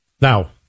Now